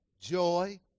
joy